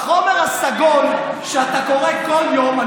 בחומר הסגול שאתה קורא כל יום,